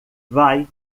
vai